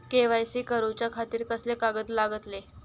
KYC करूच्या खातिर कसले कागद लागतले?